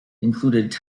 included